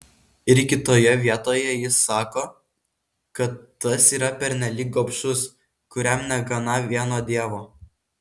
ir kitoje vietoje jis sako kad tas yra pernelyg gobšus kuriam negana vieno dievo